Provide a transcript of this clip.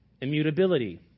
immutability